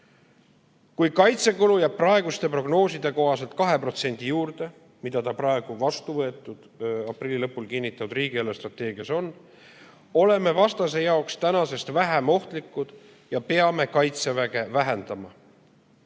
"Kui kaitsekulu jääb praeguste prognooside kohaselt 2% juurde [– nagu see praegu vastu võetud ja kinnitatud riigi eelarvestrateegias on –], oleme vastase jaoks tänasest vähem ohtlikud ja peame Kaitseväge vähendama.